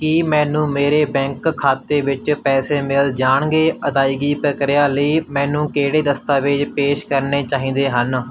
ਕੀ ਮੈਨੂੰ ਮੇਰੇ ਬੈਂਕ ਖਾਤੇ ਵਿੱਚ ਪੈਸੇ ਮਿਲ ਜਾਣਗੇ ਅਦਾਇਗੀ ਪ੍ਰਕਿਰਿਆ ਲਈ ਮੈਨੂੰ ਕਿਹੜੇ ਦਸਤਾਵੇਜ਼ ਪੇਸ਼ ਕਰਨੇ ਚਾਹੀਦੇ ਹਨ